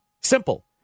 Simple